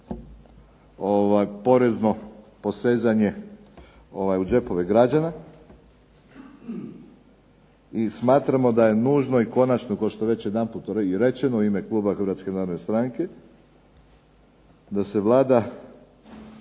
porezno posezanje u džepove građana. i smatramo da je nužno i konačno kao što je već jedanput rečeno u ime kluba Hrvatske narodne stranke da se Vlada